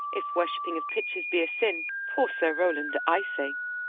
if worshipping of pictures be a sin poor sir rowland, i say.